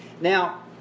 Now